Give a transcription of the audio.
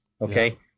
okay